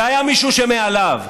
זה היה מישהו שמעליו.